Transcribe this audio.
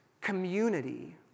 community